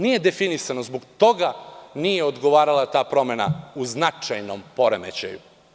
Nije definisano, zbog toga nije odgovarala ta promena u značajnom poremećaju.